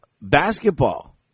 basketball